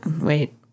Wait